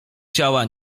ciała